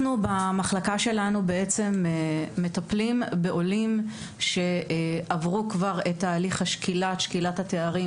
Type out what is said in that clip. במחלקה שלנו מטפלים בעולים שעברו את הליך שקילת התארים